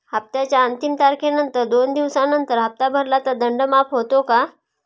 हप्त्याच्या अंतिम तारखेनंतर दोन दिवसानंतर हप्ता भरला तर दंड माफ होतो का?